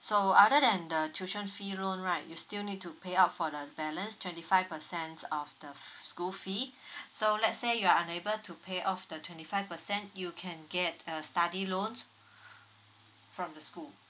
so other than the tuition fee loan right you still need to pay up for the balance twenty five percent of the f~ school fee so let's say you're unable to pay off the twenty five percent you can get a study loan from the school